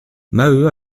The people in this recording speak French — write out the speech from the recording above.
maheu